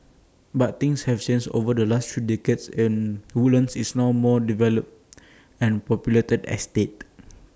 but things have changed over the last three decades and Woodlands is now more developed and populated estate